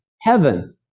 heaven